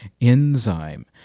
enzyme